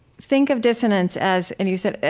think of dissonance as, and you said,